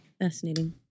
Fascinating